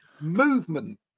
movement